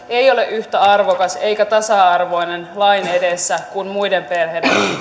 ei ole yhtä arvokas eikä tasa arvoinen lain edessä kuin muiden perheiden